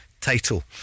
title